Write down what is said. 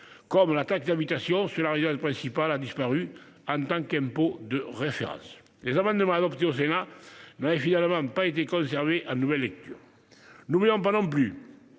comme la taxe d'habitation sur la résidence principale a disparu en tant qu'impôt local de référence. Les amendements adoptés au Sénat n'avaient finalement pas été conservés en nouvelle lecture. N'oublions pas non plus